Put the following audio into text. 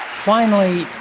finally,